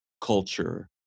culture